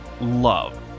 love